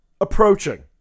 approaching